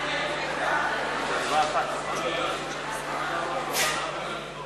מס ערך מוסף בשיעורים שונים על מוצרי יסוד),